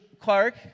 Clark